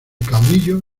caudillo